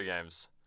games